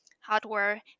hardware